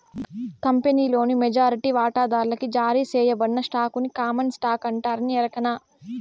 కంపినీలోని మెజారిటీ వాటాదార్లకి జారీ సేయబడిన స్టాకుని కామన్ స్టాకు అంటారని ఎరకనా